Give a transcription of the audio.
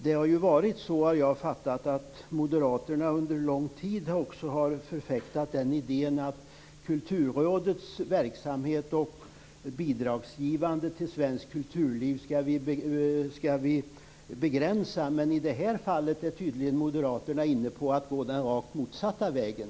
Jag har förstått det så att Moderaterna under lång tid har förfäktat den idén att Kulturrådets verksamhet och bidragsgivandet till svenskt kulturliv skall begränsas. Men i det här fallet är tydligen Moderaterna inne på att gå den rakt motsatta vägen.